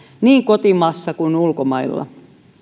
niin kotimaassa kuin ulkomailla